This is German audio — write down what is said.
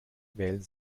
wählen